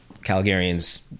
Calgarians